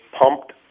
pumped